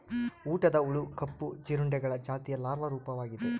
ಊಟದ ಹುಳು ಕಪ್ಪು ಜೀರುಂಡೆಗಳ ಜಾತಿಯ ಲಾರ್ವಾ ರೂಪವಾಗಿದೆ